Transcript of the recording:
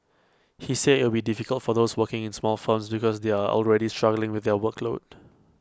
he said IT would be difficult for those working in small firms because they are already struggling with their workload